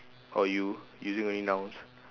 oh you using only nouns